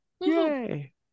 Yay